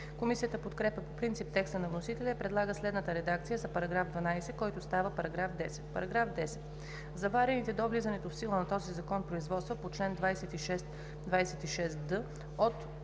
Комисията подкрепя по принцип текста на вносителя и предлага следната редакция за § 12, който става § 10: „§10. Заварените до влизането в сила на този закон производства по чл. 26 – 26д от